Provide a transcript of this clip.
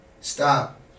stop